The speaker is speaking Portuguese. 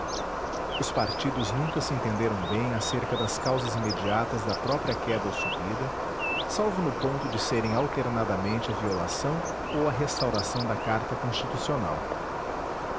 os partidos nunca se entenderam bem acerca das causas imediatas da própria queda ou subida salvo no ponto de serem alternadamente a violação ou a restauração da carta constitucional